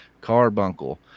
carbuncle